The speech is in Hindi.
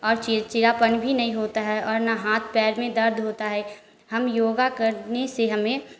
और चिड़चिड़ापन भी नहीं होता है और ना हाथ पैर में दर्द होता है हम योगा करने से हमें